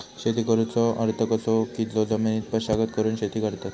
शेती करुचो अर्थ असो की जो जमिनीची मशागत करून शेती करतत